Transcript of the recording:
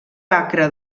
acre